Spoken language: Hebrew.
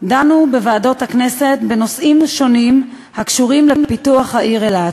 דנו בוועדות הכנסת בנושאים שונים הקשורים לפיתוח העיר אילת,